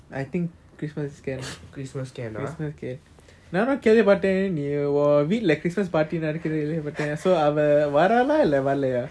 I think christmas can lah christmas can நானும் கேள்வி பட்டன் நீ உன் வீட்டுல:naanum kealvi pattan nee un veetula christmas party நடக்குதுன்னு கேள்வி பட்டன்:nadakuthunu kealvi patan so அவ வாரண இல்ல வரலையா:ava vaarala illa varalaya